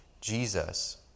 Jesus